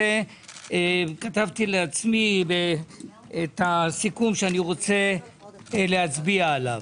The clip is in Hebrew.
וכתבתי לעצמי את הסיכום שאני רוצה להצביע עליו.